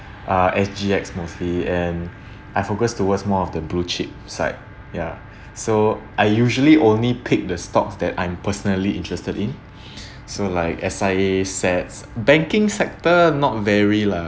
uh S_G_X mostly and I focused towards more of the blue chip side ya so I usually only pick the stocks that I'm personally interested in so like S_I_A SETS banking sector not very lah